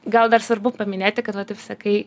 gal dar svarbu paminėti kad va taip sakai